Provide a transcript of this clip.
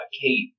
Kate